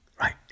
Right